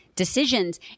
decisions